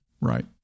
Right